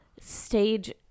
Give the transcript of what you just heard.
stage